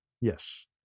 Yes